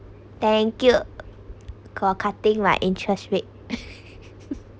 thank you for cutting my interest rate